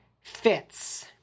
fits